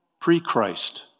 pre-Christ